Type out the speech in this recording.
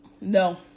No